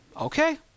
Okay